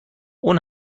اون